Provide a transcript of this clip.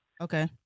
Okay